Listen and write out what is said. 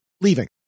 leaving